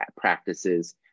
practices